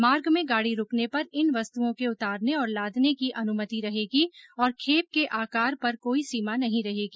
मार्ग में गाडी रुकने पर इन वस्तओं के उतारने और लादने की अनुमति रहेगी और खेप के आकार पर कोई सीमा नहीं रहेगी